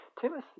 Timothy